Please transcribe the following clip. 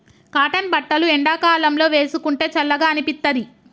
cotton బట్టలు ఎండాకాలం లో వేసుకుంటే చల్లగా అనిపిత్తది